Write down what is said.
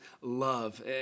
love